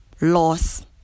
Loss